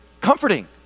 comforting